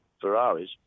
Ferraris